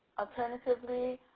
alternatively,